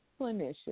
Clinician